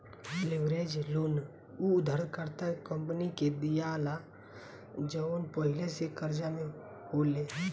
leverage loan उ उधारकर्ता company के दीआला जवन पहिले से कर्जा में होले